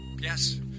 Yes